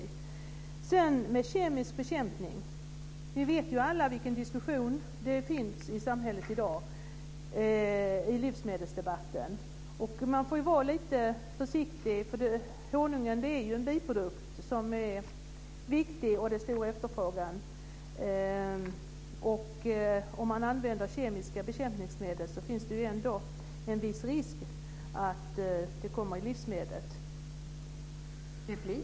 När det gäller kemisk bekämpning vet vi alla vilken diskussion som förs i samhället i dag i livsmedelsdebatten. Man får vara lite försiktig, för honungen är en biprodukt som är viktig och som det är stor efterfrågan på. Om man använder kemiska bekämpningsmedel finns det en viss risk för att det kommer in i livsmedlet.